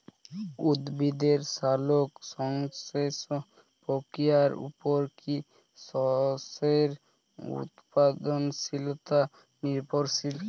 উদ্ভিদের সালোক সংশ্লেষ প্রক্রিয়ার উপর কী শস্যের উৎপাদনশীলতা নির্ভরশীল?